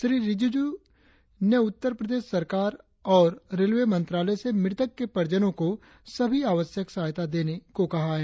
श्री रिजिजू से उत्तर प्रदेश सरकार और रेलवे मंत्रालय से मृतक के परिजनों को सभी आवश्यक सहायता देने को कहा है